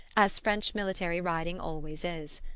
as french military riding always is.